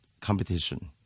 competition